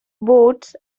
boats